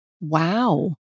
wow